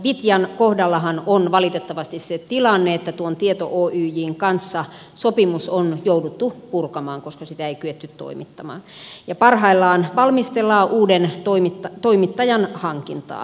vitjan kohdallahan on valitettavasti se tilanne että tieto oyjn kanssa sopimus on jouduttu purkamaan koska sitä ei kyetty toimittamaan ja parhaillaan valmistellaan uuden toimittajan hankintaa